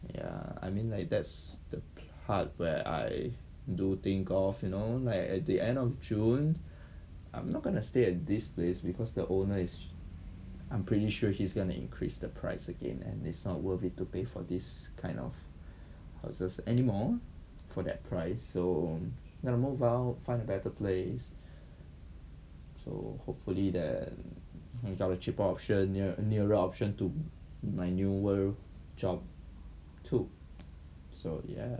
ya I mean like that's the part where I do think of you know like at the end of june I'm not gonna stay at this place because the owner is I'm pretty sure he's gonna increase the price again and it's not worth it to pay for this kind of houses anymore for that price so I'll move out find a better place so hopefully that got a cheaper option near nearer option to my new work job too so ya